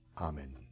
amen